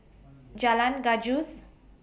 Jalan Gajus